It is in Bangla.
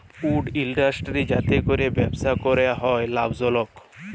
উড ইলডাসটিরি যাতে ক্যরে ব্যবসা ক্যরা হ্যয় লাভজলক